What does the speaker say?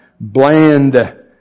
bland